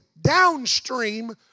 downstream